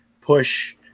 push